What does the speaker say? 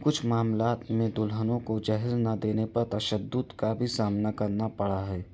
کچھ معاملات میں دلہنوں کو جہیز نہ دینے پر تشدد کا بھی سامنا کرنا پڑا ہے